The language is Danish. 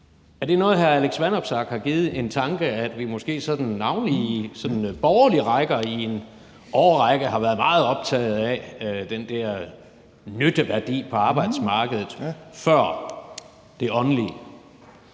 Er det noget, som hr. Alex Vanopslagh har givet en tanke, altså at vi måske navnlig i de borgerlige rækker i en årrække har været meget optaget af den her nytteværdi på arbejdsmarkedet forud for det åndelige?